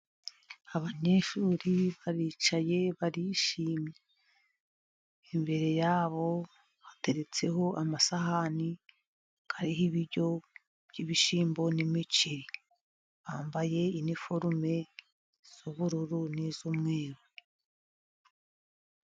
Abanyeshuri baricaye barishimye, imbere yabo hateretseho amasahani hariho ibiryo by'ibishyimbo n'imiceri bambaye iforume z'ubururu n'iz'umweru.